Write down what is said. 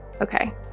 Okay